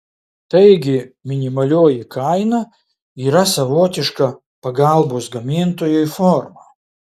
taigi minimalioji kaina yra savotiška pagalbos gamintojui forma